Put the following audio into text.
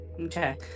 okay